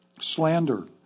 Slander